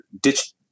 ditch